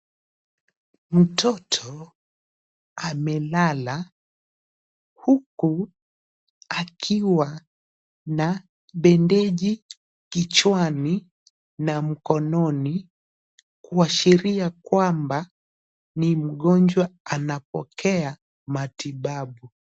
Mtoto amelala huku akiwa na bendeji kichwani na mkononi kuashiria kwamba ni mgonjwa anapokea matibabu.